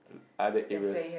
other areas